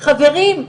חברים,